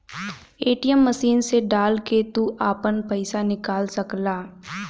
ATM machine मे डाल के तू आपन पइसा निकाल सकला